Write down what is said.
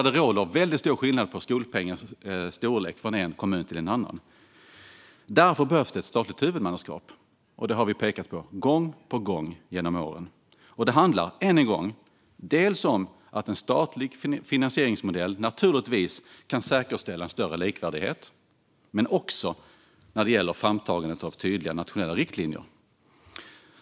Det råder stor skillnad på skolpengens storlek från en kommun till en annan. Därför behövs ett statligt huvudmannaskap, och detta har vi pekat på gång på gång genom åren. Än en gång: Det handlar om att en statlig finansieringsmodell naturligtvis kan säkerställa en större likvärdighet men också om framtagandet av tydliga nationella riktlinjer.